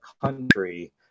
country